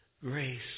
grace